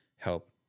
help